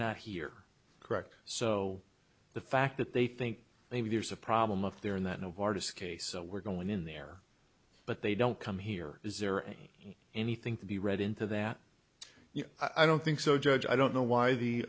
not here correct so the fact that they think maybe there's a problem up there in that novartis case we're going in there but they don't come here is there any anything to be read into that you know i don't think so judge i don't know why the